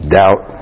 doubt